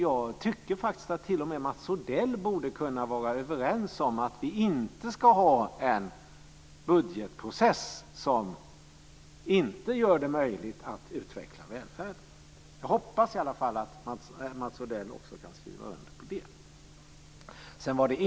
Jag tycker att t.o.m. Mats Odell borde kunna vara överens om att vi inte ska ha en process som inte gör det möjligt att utveckla välfärden. Jag hoppas i alla fall att Mats Odell också kan skriva under på det.